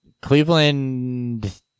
Cleveland